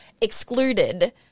excluded